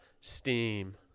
steam